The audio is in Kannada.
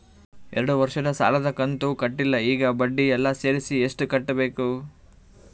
ಎರಡು ವರ್ಷದ ಸಾಲದ ಕಂತು ಕಟ್ಟಿಲ ಈಗ ಬಡ್ಡಿ ಎಲ್ಲಾ ಸೇರಿಸಿ ಎಷ್ಟ ಕಟ್ಟಬೇಕು?